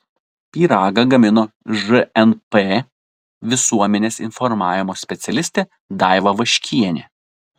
pyragą gamino žnp visuomenės informavimo specialistė daiva vaškienė